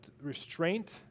restraint